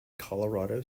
colorado